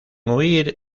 huir